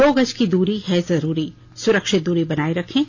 दो गज की दूरी है जरूरी सुरक्षित दूरी बनाए रखें